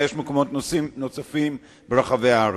אלא יש מקומות נוספים ברחבי הארץ.